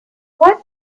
what